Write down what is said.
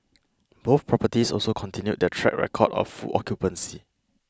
both properties also continued their track record of full occupancy